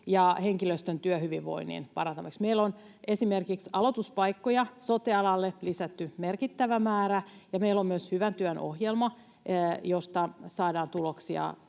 ja henkilöstön työhyvinvoinnin parantamiseksi. Meillä on esimerkiksi aloituspaikkoja sote-alalle lisätty merkittävä määrä, ja meillä on myös Hyvän työn ohjelma, josta saadaan tuloksia